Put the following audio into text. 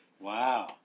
Wow